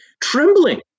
trembling